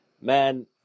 man